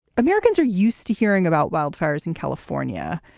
americans are used to hearing about wildfires in california.